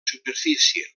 superfície